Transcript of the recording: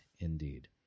indeed